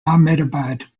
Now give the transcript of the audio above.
ahmedabad